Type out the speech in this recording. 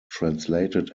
translated